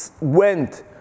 went